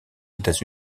états